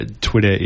Twitter